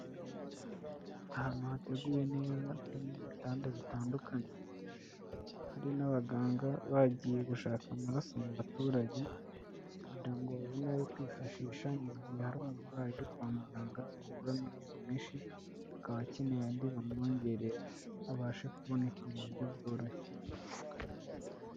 Ahantu hateguwe neza, hari n'ibitanda bitandukanye, hari n'abaganga bagiye gushaka amaraso mu baturage kugira ngo babone ayo kwifashisha mu gihe hari umurwayi uri kwa muganga wabuzeho amaraso menshi, akaba akeneye andi bamwongerera, abashe kuboneka mu buryo bworoshye.